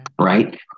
right